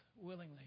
willingly